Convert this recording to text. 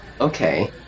Okay